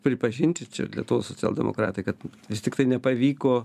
pripažinti čia lietuvos socialdemokratai kad vis tiktai nepavyko